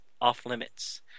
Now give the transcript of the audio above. off-limits